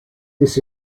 this